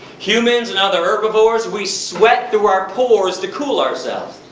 humans and other herbivores, we sweat through our pores to cool ourselves.